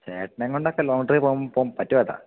ചേട്ടനെക്കൊണ്ടൊക്കെ long trip പോകാന് പറ്റുമോ ചേട്ടാ